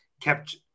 kept